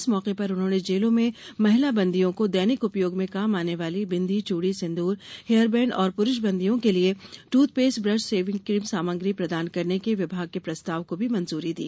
इस मौके पर उन्होने जेलों में महिला बंदियों को दैनिक उपयोग में काम आने वाली बिन्दी चूड़ी सिन्द्र हेयरबैंड और प्रूष बंदियों के लिये ट्थपेस्ट ब्रश सेविंग सामग्री प्रदान करने के विभाग के प्रस्ताव को भी मंजूरी दी